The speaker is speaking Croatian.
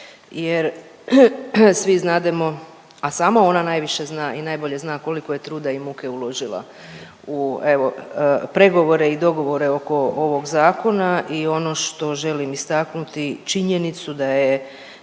jer svi znademo, a sama ona najviše zna i najbolje zna koliko je truda i muke uložila u evo, pregovore i dogovore oko ovog Zakona i ono što želim istaknuti činjenicu da je